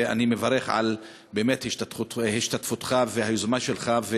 ואני מברך על השתתפותך ועל היוזמה שלך.